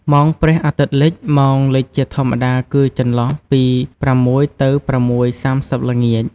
ម៉ោងព្រះអាទិត្យលិច ម៉ោងលិចជាធម្មតាគឺចន្លោះពី ៦ ទៅ ៦:៣០ ល្ងាច។